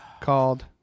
called